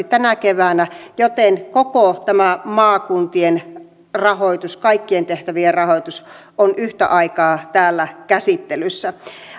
tänä keväänä joten koko tämä maakuntien rahoitus kaikkien tehtävien rahoitus on yhtä aikaa täällä käsittelyssä